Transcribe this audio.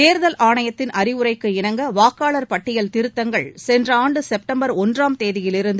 தேர்தல் ஆணையத்தின் அறிவுரைக்கு இணங்க வாக்காளர் பட்டியல் திருத்தங்கள் சென்ற ஆண்டு செப்டம்பர் ஒன்றாம் தேதியலிருந்து